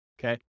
okay